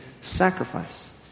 sacrifice